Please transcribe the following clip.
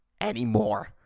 Anymore